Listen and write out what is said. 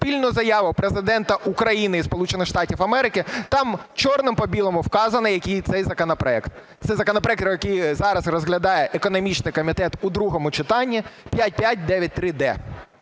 спільну заяву Президента України і Сполучених Штатів Америки, там чорним по білому вказано, який цей законопроект. Це законопроект, який зараз розглядає економічний комітет у другому читанні – 5593-д.